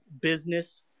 business